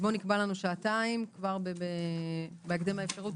לנו שעתיים בהקדם האפשרי,